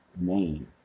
name